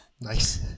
Nice